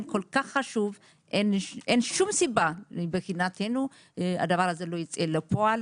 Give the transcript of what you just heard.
אין שום סיבה מבחינתנו שהדבר הזה לא ייצא לפועל.